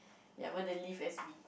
ya I want to live as me